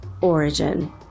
origin